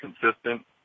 consistent